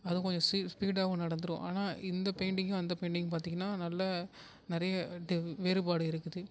அதுவும் கொஞ்சம் ஸ்பீடாகவும் நடந்துடும் ஆனால் இந்த பெயிண்டிங்கும் அந்த பெயிண்டிங்கும் பார்த்திங்கன்னா நல்லா நிறையா வேறுபாடு இருக்குது